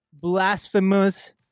blasphemous